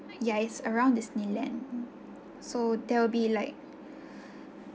yeah it's around disneyland so they'll be like